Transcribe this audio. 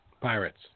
Pirates